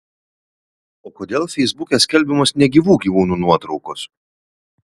o kodėl feisbuke skelbiamos negyvų gyvūnų nuotraukos